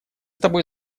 тобой